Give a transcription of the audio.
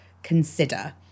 consider